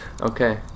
okay